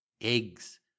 Eggs